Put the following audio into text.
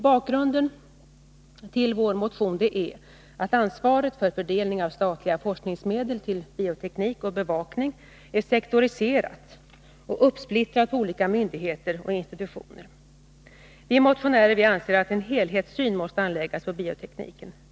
Bakgrunden till vår motion är att ansvaret för fördelning av statliga forskningsmedel till bioteknik och bevakning är sektoriserat och uppsplittrat på olika myndigheter och institutioner. Vi motionärer anser att en helhetssyn måste anläggas på biotekniken.